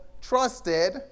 trusted